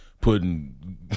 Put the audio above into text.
putting